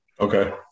Okay